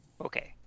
Okay